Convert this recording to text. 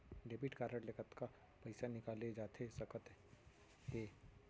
Debit card ले कतका पइसा निकाले जाथे सकत हे?